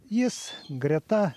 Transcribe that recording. jis greta